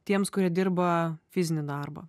tiems kurie dirba fizinį darbą